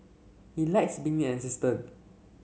he likes being an assistant